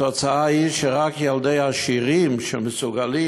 התוצאה היא שרק ילדי עשירים שמסוגלים